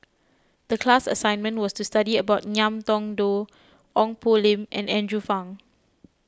the class assignment was to study about Ngiam Tong Dow Ong Poh Lim and Andrew Phang